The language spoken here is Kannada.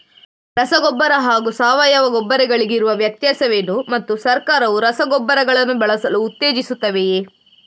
ರಸಗೊಬ್ಬರ ಹಾಗೂ ಸಾವಯವ ಗೊಬ್ಬರ ಗಳಿಗಿರುವ ವ್ಯತ್ಯಾಸವೇನು ಮತ್ತು ಸರ್ಕಾರವು ರಸಗೊಬ್ಬರಗಳನ್ನು ಬಳಸಲು ಉತ್ತೇಜಿಸುತ್ತೆವೆಯೇ?